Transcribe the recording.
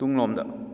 ꯇꯨꯡꯂꯣꯝꯗ